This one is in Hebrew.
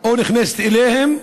או נכנסת אליהם,